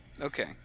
Okay